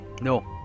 No